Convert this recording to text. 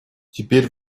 теперь